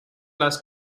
las